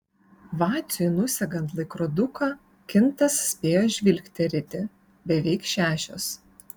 vaciui nusegant laikroduką kintas spėjo žvilgterėti beveik šešios